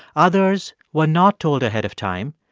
others were not told ahead of time.